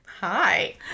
Hi